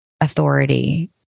authority